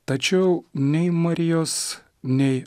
tačiau nei marijos nei